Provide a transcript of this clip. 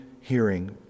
hearing